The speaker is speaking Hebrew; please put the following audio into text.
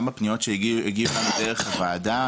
גם הפניות שהגיעו לנו דרך הוועדה,